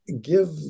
give